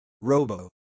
Robo